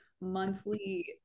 Monthly